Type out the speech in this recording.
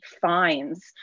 fines